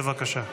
בבקשה.